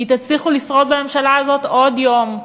כי תצליחו לשרוד בממשלה הזאת עוד יום,